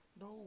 No